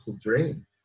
dream